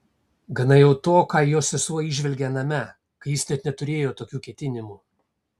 gana jau to ką jo sesuo įžvelgė aname kai jis net neturėjo tokių ketinimų